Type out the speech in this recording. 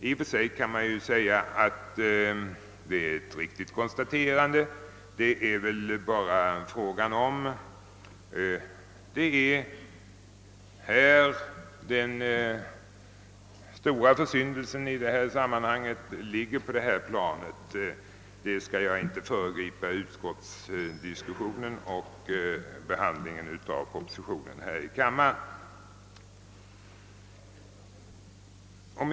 I och för sig kan man ju säga att det är ett riktigt konstaterande. Det är väl bara frågan om det inte är på detta plan som den stora försyndelsen ligger. Jag skall emellertid inte föregripa utskottsdiskussionen och behandlingen av propositionen här i kammaren.